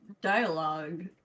dialogue